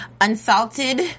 unsalted